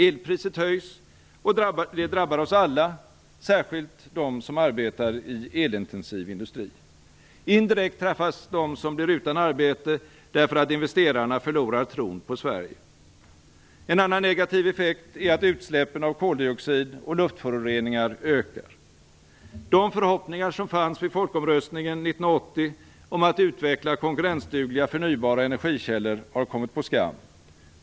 Elpriset höjs, och det drabbar oss alla, särskilt dem som arbetar i elintensiv industri. Indirekt träffas de som blir utan arbete därför att investerarna förlorar tron på Sverige. En annan negativ effekt är att utsläppen av koldioxid och luftföroreningar ökar. De förhoppningar som fanns vid folkomröstningen 1980 om att utveckla konkurrensdugliga förnybara energikällor har kommit på skam.